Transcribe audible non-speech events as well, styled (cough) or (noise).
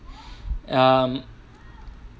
(breath) um